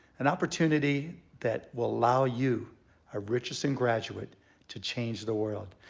an opportunity that will allow you a richardson graduate to change the world.